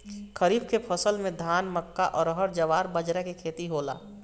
खरीफ के फसल में धान, मक्का, अरहर, जवार, बजरा के खेती होला